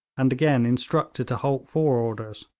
and again instructed to halt for orders.